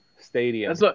stadium